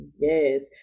Yes